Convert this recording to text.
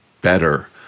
better